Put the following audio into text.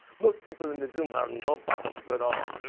most people in the zoom have no bottoms at all. oh